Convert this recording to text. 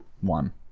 one